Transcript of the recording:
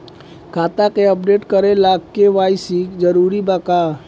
खाता के अपडेट करे ला के.वाइ.सी जरूरी बा का?